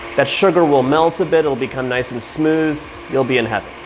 that sugar will melt a bit, it'll become nice and smooth. you'll be in heaven.